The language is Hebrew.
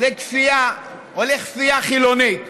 לכפייה או לכפייה חילונית.